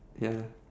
ya